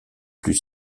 plus